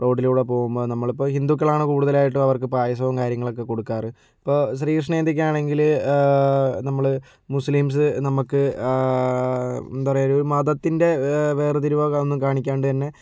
റോഡിലൂടെ പോവുമ്പോൾ നമ്മളിപ്പോൾ ഹിന്ദുക്കളാണ് കൂടുതലായിട്ടും അവർക്ക് പായസവും കാര്യങ്ങളും ഒക്കെ കൊടുക്കാറ് ഇപ്പോൾ ശ്രീകൃഷ്ണ ജയന്തിക്ക് ആണെങ്കിൽ നമ്മൾ മുസ്ലീംസ് നമുക്ക് എന്താ പറയുക ഒരു മതത്തിൻ്റെ വേർതിരിവോ ഒന്നും കാണിക്കാണ്ട് തന്നെ